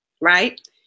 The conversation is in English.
right